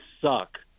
suck